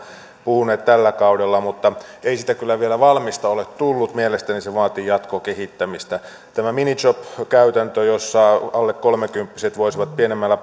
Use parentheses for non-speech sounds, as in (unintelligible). puhuneet tällä kaudella mutta ei siitä kyllä vielä valmista ole tullut mielestäni se vaatii jatkokehittämistä tämä minijob käytäntö jossa alle kolmekymppiset voisivat pienemmällä (unintelligible)